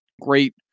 great